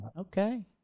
Okay